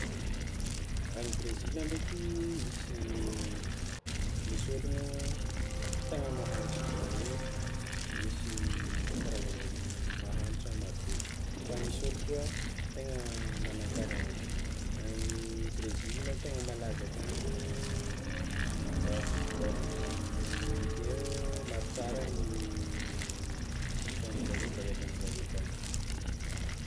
Any Brezila ndraiky misy, misy ologno tegna mahantra, zany hoe misy karazan'olo mahantra marobe, fa misy olo koa tegna manan-kariàgna, any Brezila tegna malaza akagny football, avekeo maro tsara ny sipa aminjareo mba avy aminjareo akany.